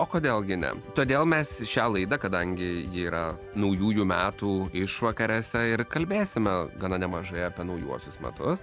o kodėl gi ne todėl mes šią laidą kadangi ji yra naujųjų metų išvakarėse ir kalbėsime gana nemažai apie naujuosius metus